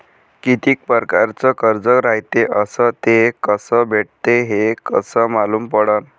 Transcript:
कितीक परकारचं कर्ज रायते अस ते कस भेटते, हे कस मालूम पडनं?